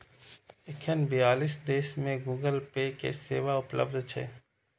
एखन बियालीस देश मे गूगल पे के सेवा उपलब्ध छै